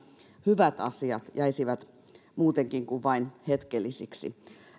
hyvät asiat jäisivät muutenkin kuin vain hetkellisiksi